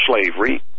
slavery